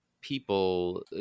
people